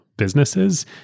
businesses